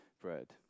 bread